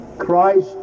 Christ